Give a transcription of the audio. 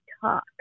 talk